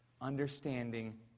understanding